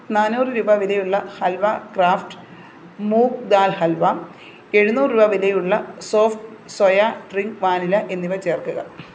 നാന്നൂറ് രൂപ വിലയുള്ള ഹൽവ ക്രാഫ്റ്റ് മൂംഗ് ദാൽ ഹൽവ എഴുനൂറ് രൂപ വിലയുള്ള സോഫിറ്റ് സോയ ഡ്രിങ്ക് വാനില എന്നിവ ചേർക്കുക